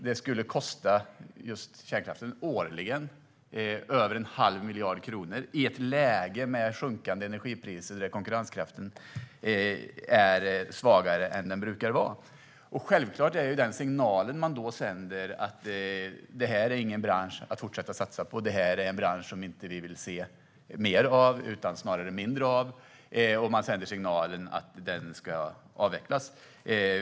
Det skulle årligen kosta kärnkraften över en halv miljard kronor. Det gör man i ett läge med sjunkande energipriser där konkurrenskraften är svagare än vad den brukar vara. Den signal man då sänder är självklart att detta inte är någon bransch att fortsätta att satsa på. Detta är en bransch som vi inte vill se mer av utan snarare mindre av. Man sänder signalen att den ska avvecklas.